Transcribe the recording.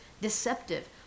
deceptive